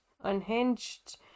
unhinged